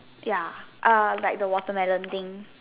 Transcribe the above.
ya err like the watermelon thing